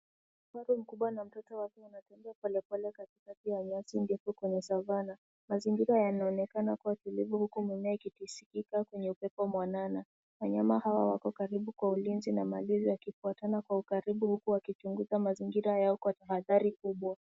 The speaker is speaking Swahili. Kifaru mkubwa na mtoto wake wanatembea polepole katikati ya nyasi ndefu kwenye savana. Mazingira yanaonekana kuwa tulivu huku mimea ikitingizika kwenye upepo mwanana. Wanyama hawa wako karibu kwa ulinzi na malisho wakifuatana kwa karibu huku akichuguza mazingira yao kwa tahadhari kubwa.